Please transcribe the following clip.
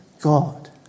God